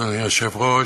אדוני היושב-ראש,